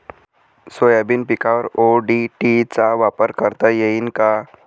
Soybean पिकावर ODT चा वापर करता येईन का?